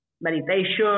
meditation